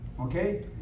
okay